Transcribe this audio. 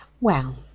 Well